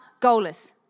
goalless